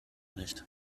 nicht